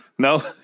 No